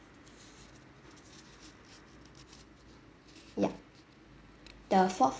ya the fourth